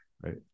right